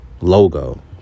logo